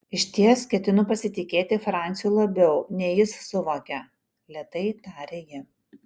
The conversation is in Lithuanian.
išties ketinu pasitikėti franciu labiau nei jis suvokia lėtai tarė ji